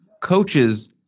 coaches